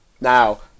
Now